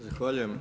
Zahvaljujem.